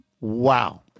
wow